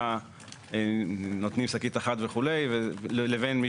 בדומה לחוק המקורי שבו נוצרה הבחנה בין קמעונאי